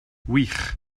wych